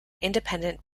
independent